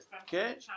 Okay